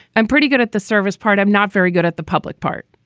i'm pretty good at the service part. i'm not very good at the public part.